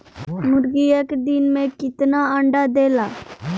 मुर्गी एक दिन मे कितना अंडा देला?